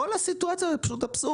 כל הסיטואציה הזאת היא פשוט אבסורדית,